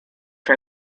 for